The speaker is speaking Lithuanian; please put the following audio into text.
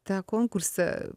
tą konkursą